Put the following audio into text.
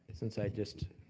since i just